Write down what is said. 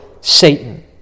Satan